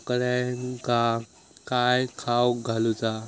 बकऱ्यांका काय खावक घालूचा?